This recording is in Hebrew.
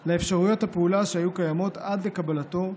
על אפשרויות הפעולה שהיו קיימות עד לקבלתו,